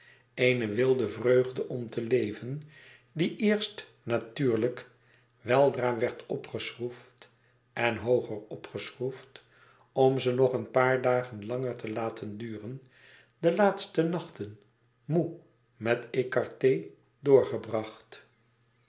eene wilde vreugde om te leven die eerst natuurlijk weldra werd opgeschroefd en hooger opgeschroefd om ze nog een paar dagen langer te laten duren de laatste nachten moê met écarté doorgebracht